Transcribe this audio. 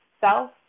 Self